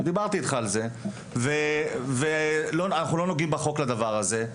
הכושר, ואנחנו לא נוגעים בחוק בדבר הזה.